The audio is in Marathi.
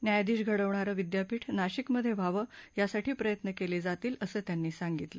न्यायाधीश घडवणारं विद्यापीठ नाशिकमध्ये व्हावं यासाठी प्रयत्न केले जातील असं त्यांनी सांगितलं